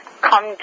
come